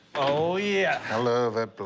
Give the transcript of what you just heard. oh, yeah. i love that but